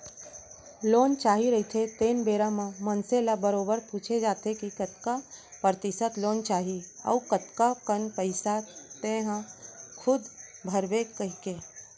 loan चाही रहिथे तेन बेरा म मनसे ल बरोबर पूछे जाथे के कतका परतिसत लोन चाही अउ कतका कन पइसा तेंहा खूद भरबे कहिके